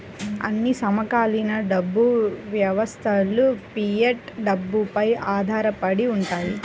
అన్ని సమకాలీన డబ్బు వ్యవస్థలుఫియట్ డబ్బుపై ఆధారపడి ఉంటాయి